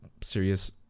serious